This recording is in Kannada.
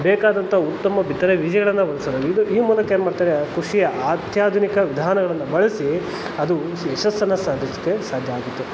ಬೇಕಾದಂಥ ಉತ್ತಮ ಬಿತ್ತನೆ ಬೀಜಗಳನ್ನು ಬಳಸೋದಾಗಿ ಇದು ಈ ಮೂಲಕ ಏನು ಮಾಡ್ತಾರೆ ಕೃಷಿಯ ಅತ್ಯಾಧುನಿಕ ವಿಧಾನಗಳನ್ನು ಬಳಸಿ ಅದು ಯಶಸ್ಸನ್ನು ಸಾಧಿಸೋಕೆ ಸಾಧ್ಯ ಆಗುತ್ತೆ